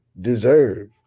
deserve